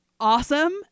Awesome